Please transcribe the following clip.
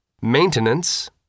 Maintenance